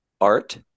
Art